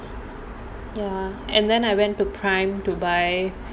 ya and then I went to Prime to buy